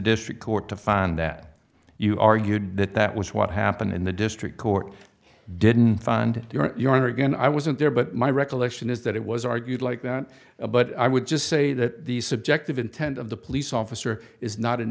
district court to find that you argued that that was what happened in the district court didn't find you are again i wasn't there but my recollection is that it was argued like that but i would just say that the subjective intent of the police officer is not an